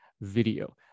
video